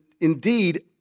indeed